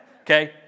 okay